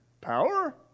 Power